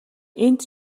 энд